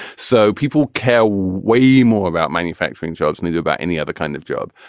so people care way more about manufacturing jobs near you about any other kind of job.